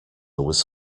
was